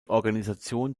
organisation